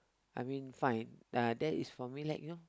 I mean fine ah that is for me like you know